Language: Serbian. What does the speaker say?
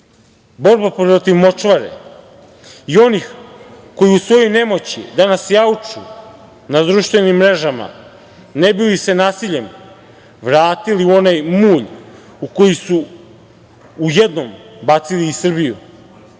borba protiv močvare i onih koji u svojoj nemoći danas jauču na društvenim mrežama ne bi li se nasiljem vratili u onaj mulj u koji su u jednom bacili i Srbiju,